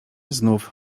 znów